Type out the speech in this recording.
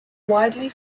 widely